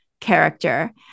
character